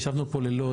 ישבנו פה לילות,